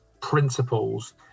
principles